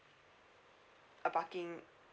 uh parking